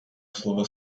slova